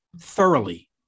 thoroughly